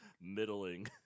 middling